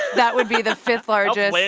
that would be the fifth-largest. yeah